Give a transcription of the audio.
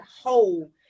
whole